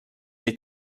les